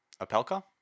Apelka